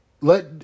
Let